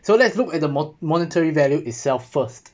so let's look at the mo~ monetary value itself first